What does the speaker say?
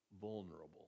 vulnerable